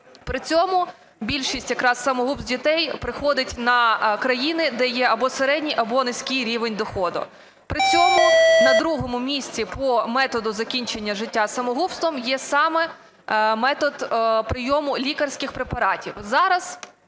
При цьому більшість якраз самогубств дітей приходиться на країни, де є або середній або низький рівень доходу. При цьому на другому місці по методу закінчення життя самогубством є саме метод прийому лікарських препаратів.